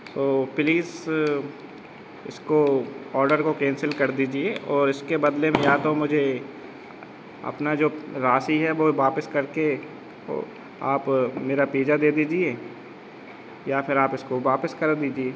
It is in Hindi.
सो प्लीस इसको ऑडर को कैंसिल कर दीजिए और इसके बदले में या तो मुझे अपना जो राशि है वह वापस करके वह आप मेरा पीजा दे दीजिए या फिर आप इसको वापस करा दीजिए